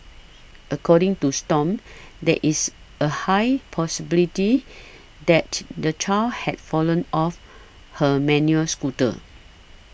according to Stomp there is a high possibility that the child had fallen off her manual a scooter